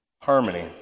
harmony